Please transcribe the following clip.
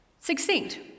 Succeed